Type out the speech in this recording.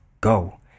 go